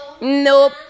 Nope